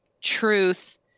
truth